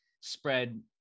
spread